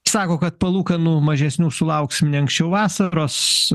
sako kad palūkanų mažesnių sulauksim ne anksčiau vasaros